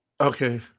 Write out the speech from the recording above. Okay